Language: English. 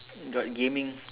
got gaming